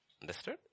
Understood